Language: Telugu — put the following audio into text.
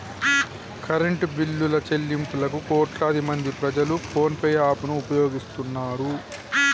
కరెంటు బిల్లుల చెల్లింపులకు కోట్లాది మంది ప్రజలు ఫోన్ పే యాప్ ను వినియోగిస్తున్నరు